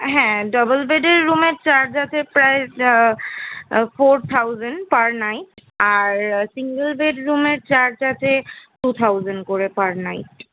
হ্যাঁ ডবল বেডের রুমের চার্জ আছে প্রায় ফোর থাউজেণ্ড পার নাইট আর সিঙ্গল বেড রুমের চার্জ আছে টু থাউজেণ্ড করে পার নাইট